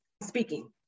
speaking